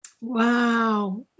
Wow